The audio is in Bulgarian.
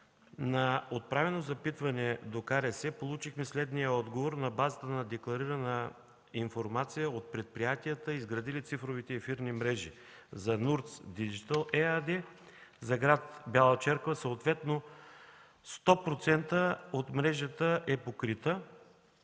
на отправено запитване до КРС получихме следния отговор на базата на декларирана информация предприятията, изградили цифровите ефирни мрежи. За „НУРТС Диджитъл” ЕАД за гр. Бяла Черква съответно 100% от мрежата е покрита;